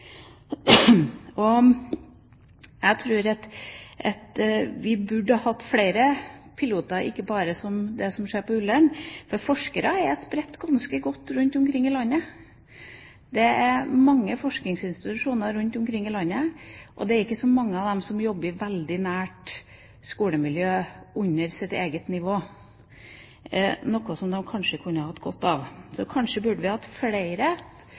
Jeg tror at vi burde hatt flere piloter, ikke bare på Ullern, for forskere er spredt ganske godt rundt omkring i landet. Det er mange forskningsinstitusjoner rundt omkring i landet, og det er ikke så mange av dem som jobber veldig nært med skolemiljø under sitt eget nivå, noe som de kanskje kunne hatt godt av. Så kanskje burde vi stimulert til noen flere